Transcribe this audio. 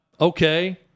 okay